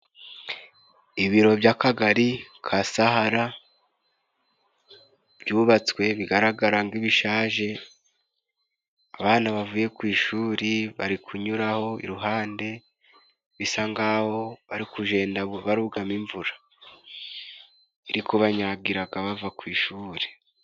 Ibiro by'Akagali ka Sahara byubatswe bigaragara nk'ibishaje, abana bavuye ku ishuri bari kunyuraho iruhande, bisa ngaho bari kujenda barugamo imvura irikubanyagiraga bava ku ishuri.